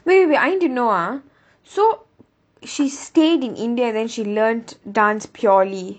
wait wait I need to know ah so she stayed in india then she learnt dance purely